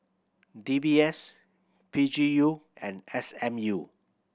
D B S P G U and S M U